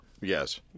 Yes